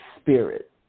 spirit